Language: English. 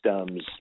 systems